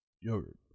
Yogurt